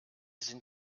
sind